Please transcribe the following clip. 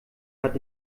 hat